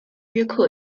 约克